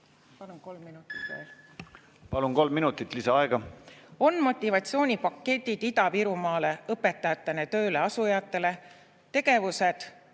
Palun, kolm minutit lisaaega! On motivatsioonipaketid Ida-Virumaale õpetajatena tööle asujatele, tegevused